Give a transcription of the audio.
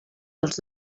als